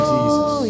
Jesus